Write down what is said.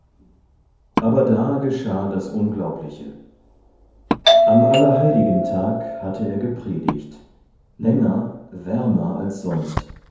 aber da geschah das unglaubliche am allerheiligentag hatte er gepredigt länger wärmer als sonst